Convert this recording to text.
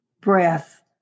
breath